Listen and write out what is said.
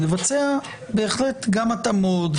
לבצע גם התאמות,